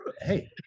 hey